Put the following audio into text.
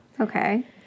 Okay